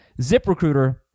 ZipRecruiter